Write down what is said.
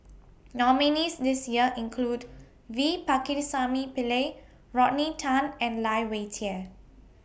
nominees' list This Year include V Pakirisamy Pillai Rodney Tan and Lai Weijie